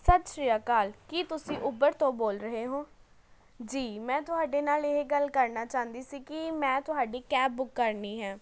ਸਤਿ ਸ਼੍ਰੀ ਅਕਾਲ ਕੀ ਤੁਸੀਂ ਉਬਰ ਤੋਂ ਬੋਲ ਰਹੇ ਹੋ ਜੀ ਮੈਂ ਤੁਹਾਡੇ ਨਾਲ ਇਹ ਗੱਲ ਕਰਨਾ ਚਾਹੁੰਦੀ ਸੀ ਕਿ ਮੈਂ ਤੁਹਾਡੀ ਕੈਬ ਬੁੱਕ ਕਰਨੀ ਹੈ